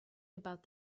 about